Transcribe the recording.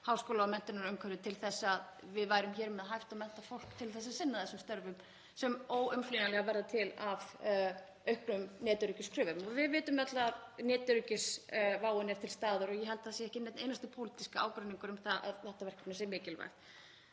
háskólamenntunarumhverfi til að við værum hér með hæft og menntað fólk til að sinna þessum störfum sem óumflýjanlega verða til út af auknum netöryggiskröfum. Við vitum öll að netöryggisváin er til staðar og ég held að það sé ekki nokkur einasti pólitískur ágreiningur um það að þetta verkefni er mikilvægt.